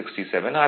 033 1000 967 R